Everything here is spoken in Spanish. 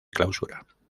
clausura